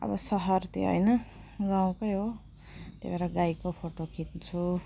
अब सहरतिर होइन गाउँकै हो त्यही भएर गाईको फोटो खिच्छु